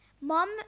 mom